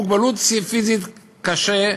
מוגבלות פיזית קשה,